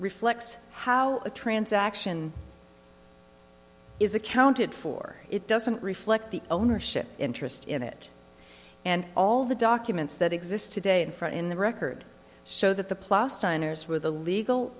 reflects how a transaction is accounted for it doesn't reflect the ownership interest in it and all the documents that exist today in front in the record so that the plaster enters with the legal